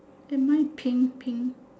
am I pink pink